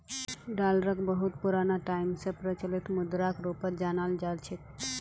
डालरक बहुत पुराना टाइम स प्रचलित मुद्राक रूपत जानाल जा छेक